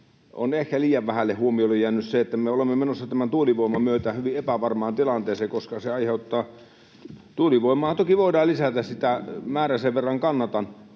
on ehkä liian vähälle huomiolle jäänyt se, että me olemme menossa tuulivoiman myötä hyvin epävarmaan tilanteeseen, koska sitä se aiheuttaa. Tuulivoiman määräähän toki voidaan lisätä — sen verran kannatan.